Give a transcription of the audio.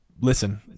listen